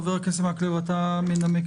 אנחנו קובעים עד שעה 12:15 זמן הנמקות